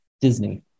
Disney